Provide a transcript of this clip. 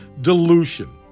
dilution